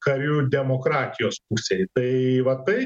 kariu demokratijos pusėj tai va tai